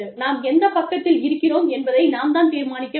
நாம் எந்தப் பக்கத்தில் இருக்கிறோம் என்பதை நாம் தான் தீர்மானிக்க வேண்டும்